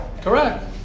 Correct